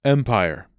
Empire